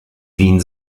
wien